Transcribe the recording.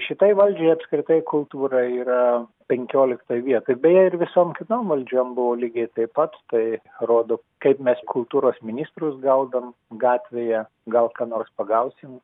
šitai valdžiai apskritai kultūra yra penkioliktoj vietoje beje ir visom kitom valdžiom buvo lygiai taip pat tai rodo kaip mes kultūros ministrus gaudom gatvėje gal ką nors pagausim